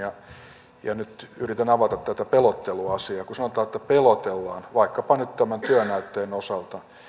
ja nyt yritän avata tätä pelotteluasiaa kun sanotaan että pelotellaan vaikkapa nyt tämän työnäytteen osalta